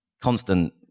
constant